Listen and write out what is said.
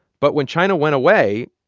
but when china went away,